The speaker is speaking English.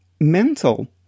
mental